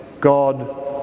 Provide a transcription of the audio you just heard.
God